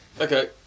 Okay